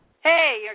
hey